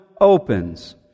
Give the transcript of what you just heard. opens